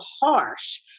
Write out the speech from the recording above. harsh